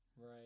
right